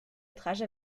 métrages